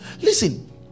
listen